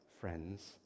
friends